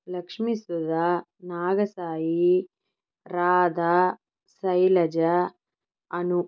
Lakshmi Sudha Nagasai Radha Shailaja Anu